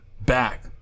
back